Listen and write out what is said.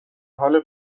حال